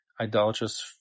idolatrous